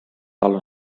tal